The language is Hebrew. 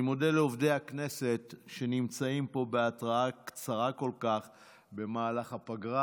אני מודה לעובדי הכנסת שנמצאים פה בהתראה קצרה כל כך במהלך הפגרה.